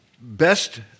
best